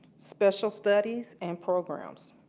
special studies and programs.